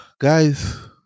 Guys